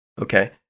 Okay